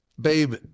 Babe